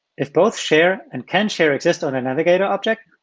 if both share and canshare exist on a navigator object,